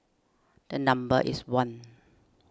the number is one